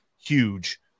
huge